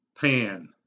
pan